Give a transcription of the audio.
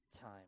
time